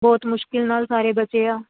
ਬਹੁਤ ਮੁਸ਼ਕਲ ਨਾਲ ਸਾਰੇ ਬਚੇ ਆ